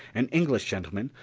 an english gentleman,